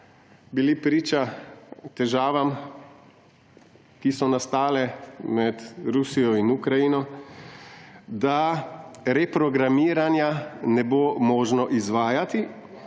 bili priča težavam, ki so nastale med Rusijo in Ukrajino –, da reprogramiranja ne bo možno izvajati